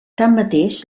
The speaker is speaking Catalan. tanmateix